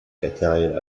italian